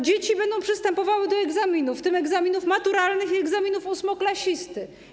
Dzieci będą przystępowały do egzaminów, w tym egzaminów maturalnych i egzaminów ósmoklasisty.